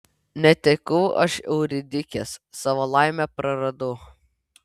netekau aš euridikės savo laimę praradau